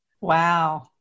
Wow